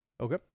okay